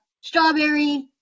strawberry